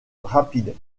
rapides